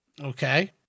Okay